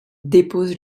dépose